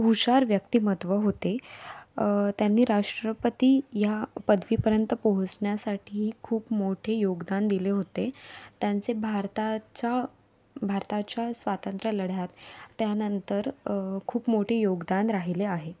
हुशार व्यक्तिमत्त्व होते त्यांनी राष्ट्रपती ह्या पदवीपर्यंत पोहोचण्यासाठी खूप मोठे योगदान दिले होते त्यांचे भारताच्या भारताच्या स्वातंत्र्यलढ्यात त्यांनतर खूप मोठे योगदान राहिले आहे